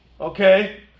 Okay